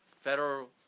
Federal